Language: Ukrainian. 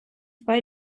два